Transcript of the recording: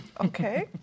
okay